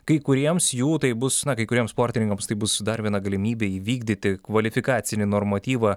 kai kuriems jų tai bus na kai kuriems sportininkams tai bus dar viena galimybė įvykdyti kvalifikacinį normatyvą